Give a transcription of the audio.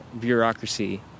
bureaucracy